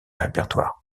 répertoires